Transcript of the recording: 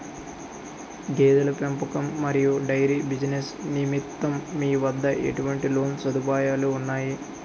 గేదెల పెంపకం మరియు డైరీ బిజినెస్ నిమిత్తం మీ వద్ద ఎటువంటి లోన్ సదుపాయాలు ఉన్నాయి?